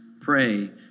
pray